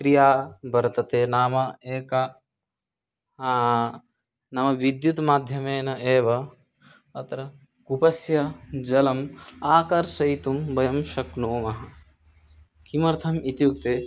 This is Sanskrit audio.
क्रिया वर्तते नाम एकं नाम विद्युत् माध्यमेन एव अत्र कूपस्य जलम् आकर्षयितुं वयं शक्नुमः किमर्थम् इत्युक्ते